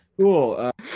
Cool